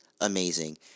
amazing